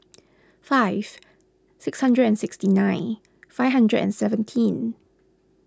five six hundred and sixty nine five hundred and seventeen